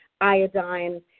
iodine